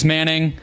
Manning